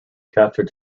captured